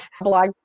Blog